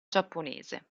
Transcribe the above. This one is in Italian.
giapponese